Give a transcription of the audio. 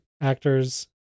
actors